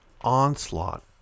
onslaught